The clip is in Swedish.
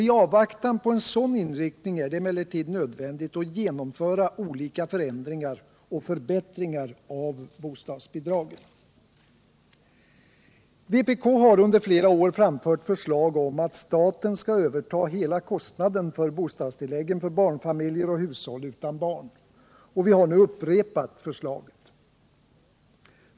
I avvaktan på en sådan inriktning är det emellertid nödvändigt att genomföra olika förändringar Vpk har under flera år framfört förslag om att staten skall överta hela kostnaden för bostadstilläggen för barnfamiljer och hushåll utan barn och vi har nu upprepat förslaget.